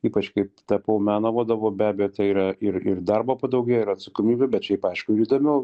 ypač kai tapau meno vadovu be abejo tai yra ir ir darbo padaugėjo ir atsakomybių bet šiaip aišku įdomiau